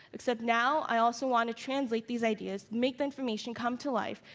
except now, i also want to translate these ideas, make the information come to life,